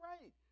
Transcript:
right